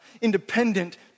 independent